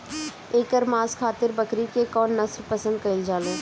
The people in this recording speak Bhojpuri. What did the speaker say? एकर मांस खातिर बकरी के कौन नस्ल पसंद कईल जाले?